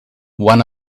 one